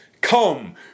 come